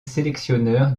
sélectionneur